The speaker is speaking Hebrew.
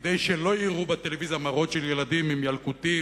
כדי שלא יראו בטלוויזיה מראות של ילדים עם ילקוטים,